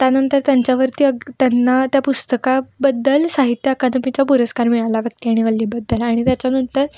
त्यानंतर त्यांच्यावरती अग त्यांना त्या पुस्तकाबद्दल साहित्य अकादमीचा पुरस्कार मिळाला व्यक्ती आणि वल्लीबद्दल आणि त्याच्यानंतर